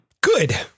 Good